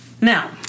Now